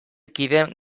kideen